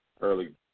early